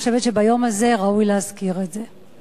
אני חושבת שביום הזה ראוי להזכיר את זה.